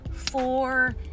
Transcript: Four